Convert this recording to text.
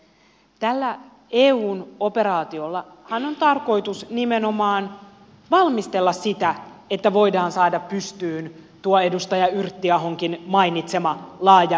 tällä eun operaatiollahan on tarkoitus nimenomaan valmistella sitä että voidaan saada pystyyn tuo edustaja yrttiahonkin mainitsema laaja yk operaatio